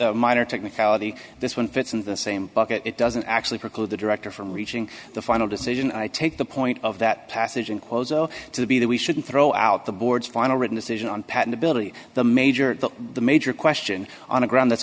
that's minor technicality this one fits in the same bucket it doesn't actually preclude the director from reaching the final decision i take the point of that passage in cuozzo to be that we shouldn't throw out the board's final written decision on patentability the major the major question on the ground that's